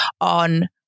on